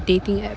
dating app